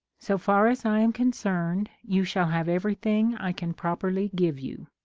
so far as i am concerned you shall have everything i can properly give you.